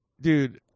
dude